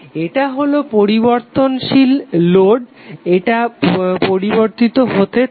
এটা হলো পরিবর্তনশীল লোড এটা পরিবর্তিত হতে থাকে